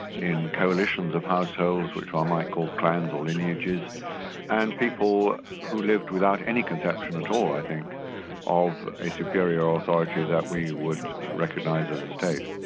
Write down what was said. in coalitions of households which um i might call clans or lineages and people who lived without any conception at all i think of a superior ah authority that we would recognise as a state.